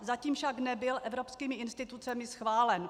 Zatím však nebyl evropskými institucemi schválen.